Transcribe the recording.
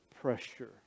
pressure